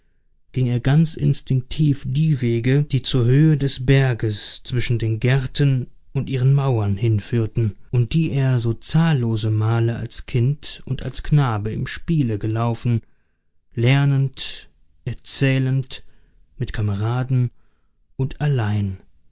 ging er ganz instinktiv die wege die zur höhe des berges zwischen den gärten und ihren mauern hinführten und die er so zahllose male als kind und als knabe im spiele gelaufen lernend erzählend mit kameraden und allein